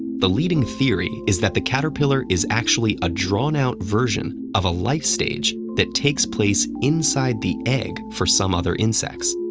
the leading theory is that the caterpillar is actually a drawn-out version of a life stage that takes place inside the egg for some other insects.